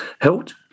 helped